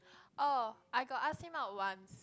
oh I got ask him out once